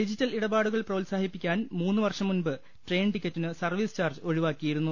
digital ഇടപാടുകൾ പ്രോത്സാ ഹിപ്പിക്കാൻ മൂന്ന് വർഷംമുമ്പ് ട്രെയിൻ ടിക്കറ്റിന് സർവീസ് ചാർജ് ഒഴി വാക്കിയിരുന്നു